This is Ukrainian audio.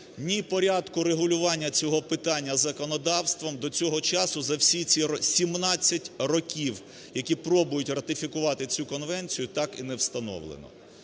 ні порядку регулювання цього питання законодавством, до цього часу, за всі ці 17 років, які пробують ратифікувати цю конвенцію, так і не встановлено.